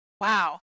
Wow